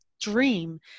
dream